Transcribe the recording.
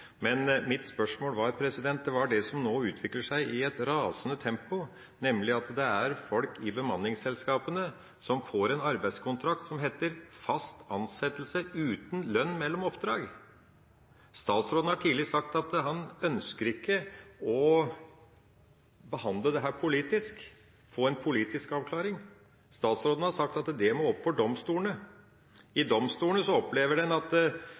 Men mitt spørsmål var om det som nå utvikler seg i et rasende tempo, nemlig at det er folk i bemanningsselskapene som får en arbeidskontrakt som heter fast ansettelse uten lønn mellom oppdrag. Statsråden har tidligere sagt at han ikke ønsker å behandle dette politisk, få en politisk avklaring. Statsråden har sagt at det må opp for domstolene. I domstolene opplever en at